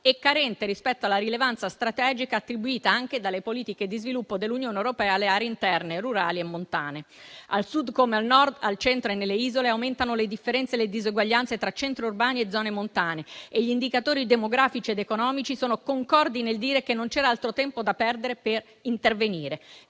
e carente rispetto alla rilevanza strategica attribuita anche dalle politiche di sviluppo dell'Unione europea alle aree interne, rurali e montane. Al Sud come al Nord, al Centro e nelle isole aumentano le differenze e le disuguaglianze tra centri urbani e zone montane e gli indicatori demografici ed economici sono concordi nel dire che non c'era altro tempo da perdere per intervenire.